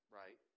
right